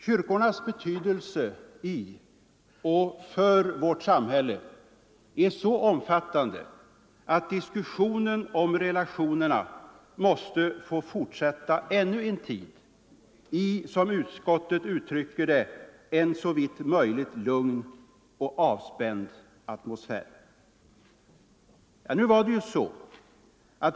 Kyrkornas betydelse för vårt samhälle är så omfattande att diskussionen om relationerna måste få fortsätta ännu en tid i en, som utskottet uttrycker det, ”såvitt möjligt lugn och avspänd atmosfär”.